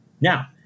Now